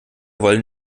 wollen